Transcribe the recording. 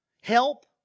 help